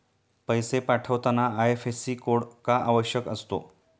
पैसे पाठवताना IFSC code का आवश्यक असतो?